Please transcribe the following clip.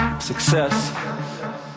Success